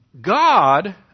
God